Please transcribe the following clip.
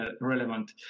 relevant